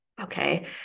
okay